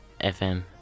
FM